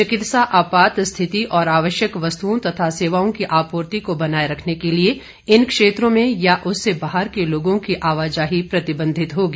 चिकित्सा आपात स्थिति और आवश्यक वस्तुओं तथा सेवाओं की आपूर्ति को बनाए रखने के लिए इन क्षेत्रों में या उससे बाहर के लोगों की आवाजाही प्रतिबंधित होगी